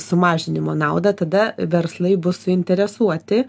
sumažinimo naudą tada verslai bus suinteresuoti